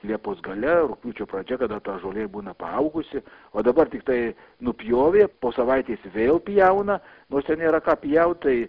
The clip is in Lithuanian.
liepos gale rugpjūčio pradžia kada ta žolė būna paaugusi o dabar tiktai nupjovė po savaitės vėl pjauna nors ten nėra ką pjaut tai